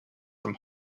from